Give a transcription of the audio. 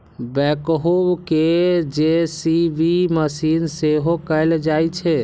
backhoe कें JCB machine सेहो कहल जाइ छै